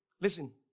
listen